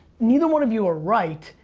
neither one of you are right.